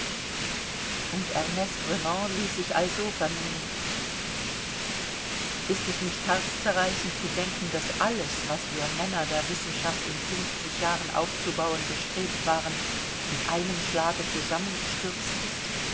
und erneste renan ließ sich also vernehmen ist es nicht herzzerreißend zu denken daß alles was wir männer der wissenschaft in fünfzig jahren aufzubauen bestrebt waren mit einem schlage zusammengestürzt ist